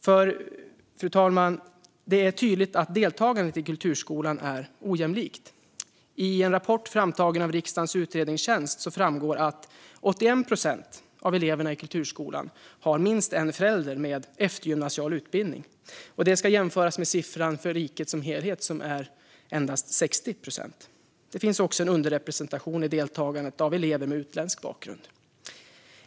För det är tydligt att deltagandet i kulturskolan är ojämlikt, fru talman. I en rapport framtagen av riksdagens utredningstjänst framgår att 81 procent av eleverna i kulturskolan har minst en förälder med eftergymnasial utbildning. Det ska jämföras med siffran för riket som helhet som är 60 procent. Det finns också en underrepresentation i deltagandet av elever med utländsk bakgrund.